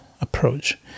approach